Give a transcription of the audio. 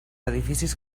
edificis